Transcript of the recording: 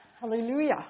Hallelujah